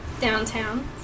downtown